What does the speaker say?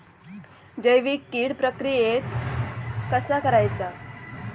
जैविक कीड प्रक्रियेक कसा करायचा?